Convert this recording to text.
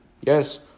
Yes